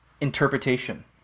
interpretation